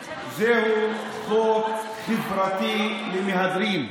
חברות הכנסת, זהו חוק חברתי למהדרין,